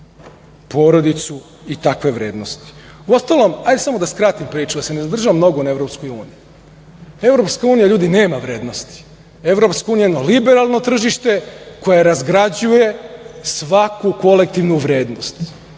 porodicu i takve vrednosti. Uostalom, hajde samo da skratim priču, da se ne zadržavam mnogo na EU. Evropska unija nema vrednosti. Evropska unija je jedno liberalno tržište, koje razgrađuje svaku kolektivnu vrednost,